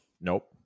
nope